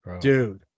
Dude